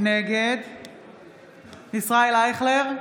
נגד ישראל אייכלר,